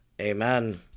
Amen